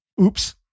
Oops